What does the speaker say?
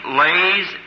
lays